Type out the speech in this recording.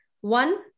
one